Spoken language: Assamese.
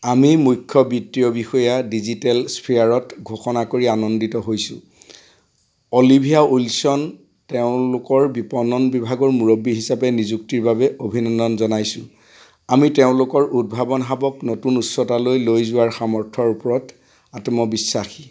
আমি মুখ্য বিত্তীয় বিষয়া ডিজিটেল স্ফিয়াৰত ঘোষণা কৰি আনন্দিত হৈছোঁ অলিভিয়া উইলছন তেওঁলোকৰ বিপণন বিভাগৰ মুৰব্বী হিচাপে নিযুক্তিৰ বাবে অভিনন্দন জনাইছোঁ আমি তেওঁলোকৰ উদ্ভাৱন হাবক নতুন উচ্চতালৈ যোৱাৰ সামৰ্থ্যৰ ওপৰত আত্মবিশ্বাসী